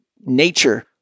nature